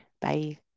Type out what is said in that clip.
Bye